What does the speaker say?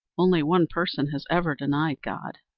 only one person has ever denied god.